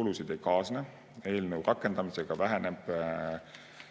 kulusid ei kaasne. Eelnõu rakendamisega väheneb